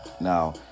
Now